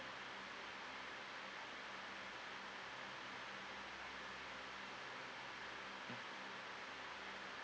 mm